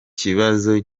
kibazo